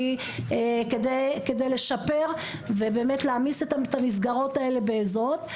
כדי לשפר ולהעמיס את המסגרות האלה בעזרות.